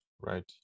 Right